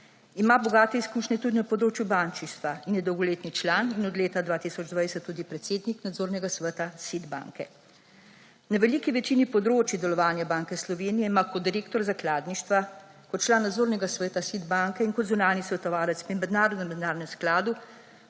Ima bogate izkušnje tudi na področju bančništva in je dolgoletni član in od leta 2020 tudi predsednik Nadzornega sveta SID banke. Na veliki večini področij delovanja Banke Slovenije ima kot direktor zakladništva, kot član Nadzornega sveta SID banke in kot zunanji svetovalec pri Mednarodnem denarnem skladu